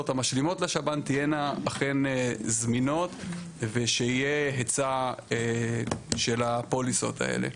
המשלימות לשב"ן תהיינה אכן זמינות ושיהיה היצע של הפוליסות האלה.